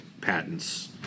patents